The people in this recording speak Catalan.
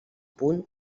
punt